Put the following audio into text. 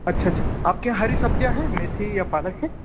अच्छा अच्छा आपके यहाँ हरी सब्ज़ियाँ हैं मेथी या पालक है